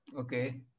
Okay